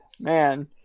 man